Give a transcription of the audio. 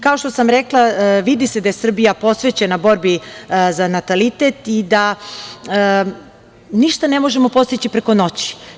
Kao što sam rekla, vidi se da je Srbija posvećena borbi za natalitet i da ništa ne može postići preko noći.